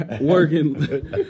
working